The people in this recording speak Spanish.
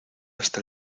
hasta